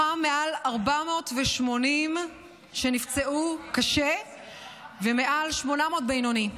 מעל 480 מהם נפצעו קשה ומעל 800, בינוני.